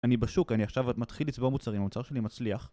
אני בשוק, אני עכשיו מתחיל לצבור מוצרים, המצב שלי מצליח